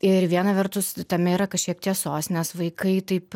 ir viena vertus tame yra kažkiek tiesos nes vaikai taip